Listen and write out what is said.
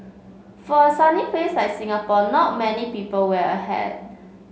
for a sunny place like Singapore not many people wear a hat